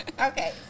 Okay